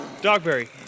Dogberry